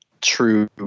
true